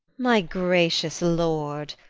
my gracious lord,